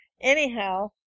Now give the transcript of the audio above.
anyhow